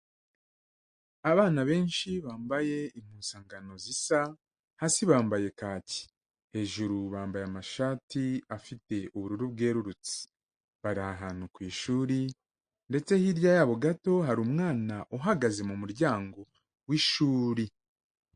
Abana benshi bambaye impuzangano zisa hasi bambaye kaki hejuru bambaye amashati afite ubururu bwerurutse, bari ahantu ku ishuri ndetse hirya yabo gato hari umwana uhagaze mu muryango w'ishuri.